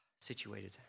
Situated